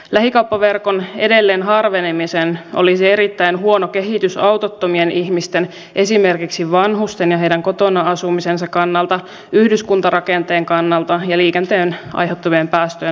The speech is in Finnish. lähikauppaverkon edelleen harveneminen olisi erittäin huono kehitys autottomien ihmisten kannalta esimerkiksi vanhusten ja heidän kotona asumisensa kannalta yhdyskuntarakenteen kannalta ja liikenteen aiheuttamien päästöjen näkökulmasta